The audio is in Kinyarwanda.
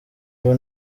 ubu